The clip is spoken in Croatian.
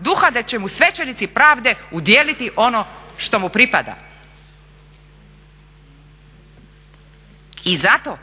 duha gdje će mu svećenici pravde udijeliti ono što mu pripada. I zato